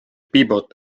pívot